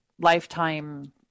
lifetime